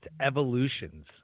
Evolutions